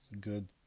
good